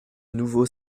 nouveau